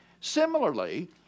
Similarly